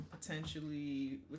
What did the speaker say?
potentially